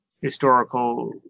historical